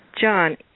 John